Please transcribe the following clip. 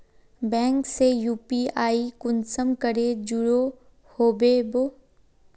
Bank से UPI कुंसम करे जुड़ो होबे बो?